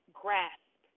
grasp